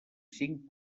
cinc